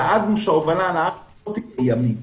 דאגנו שההובלה לא תהיה ימית,